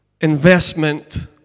investment